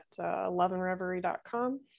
loveandreverie.com